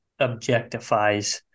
objectifies